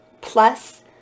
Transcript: plus